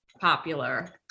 popular